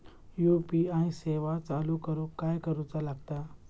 UPI सेवा चालू करूक काय करूचा लागता?